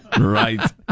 Right